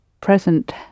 present